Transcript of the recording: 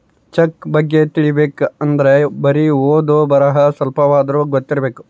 check ಬಗ್ಗೆ ತಿಲಿಬೇಕ್ ಅಂದ್ರೆ ಬರಿ ಓದು ಬರಹ ಸ್ವಲ್ಪಾದ್ರೂ ಗೊತ್ತಿರಬೇಕು